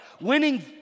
Winning